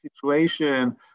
situation